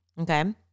Okay